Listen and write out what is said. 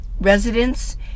residents